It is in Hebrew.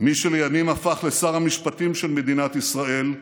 מי שלימים הפך לשר המשפטים של מדינת ישראל,